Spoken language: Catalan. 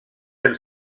del